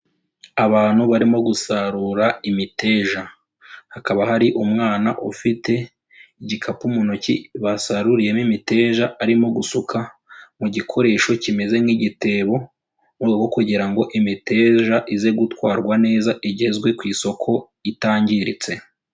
Abantu barimo gusarura imiteja, hakaba hari umwana ufite igikapu mu ntoki basaruriyemo imiteja arimo gusuka mu gikoresho kimeze nk'igitebo, mu rwego rwo kugira ngo imiteja ize gutwarwa neza igezwe ku isoko itangiritse.